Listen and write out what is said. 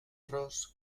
ros